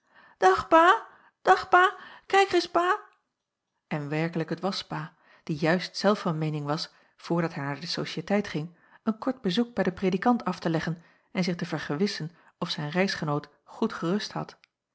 dag pa dag pa kijk reis pa en werkelijk het was pa die juist zelf van meening was voordat hij naar de sociëteit ging een kort bezoek bij den predikant af te leggen en zich te vergewissen of zijn reisgenoot goed gerust had